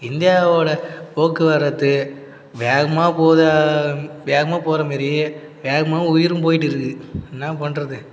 இந்தியாவோட போக்குவரத்து வேகமாக போதா வேகமாக போகறமேரி வேகமாகவும் உயிரும் போயிட்டுருக்கு என்ன பண்ணுறது